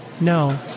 No